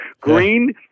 Green